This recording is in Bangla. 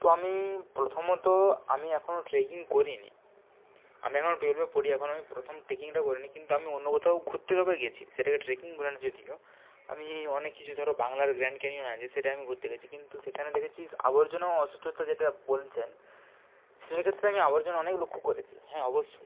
তো আমি প্রথমত আমি এখনও ট্রেকিং করিনি আমি এখনও টুয়েলভে পড়ি এখন আমি প্রথম ট্রেকিংটা করিনি কিন্তু আমি অন্য কোথাও ঘুরতে তবে গেছি সেটাকে ট্রেকিং বলে না যদিও আমি অনেক কিছু ধরো বাংলার গ্র্যান্ড ক্যানিয়ন আছে সেটা আমি ঘুরতে গেছি কিন্তু সেখানে দেখেছি আবর্জনা ও অস্বচ্ছতা যেটা বলছেন সেটার ক্ষেত্রে আমি আবর্জনা অনেক লক্ষ করেছি হ্যাঁ অবশ্যই